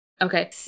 okay